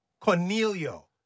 Cornelio